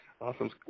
Awesome